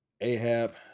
Ahab